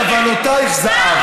כוונותייך זהב.